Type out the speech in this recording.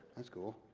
that's cool.